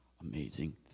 amazing